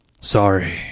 Sorry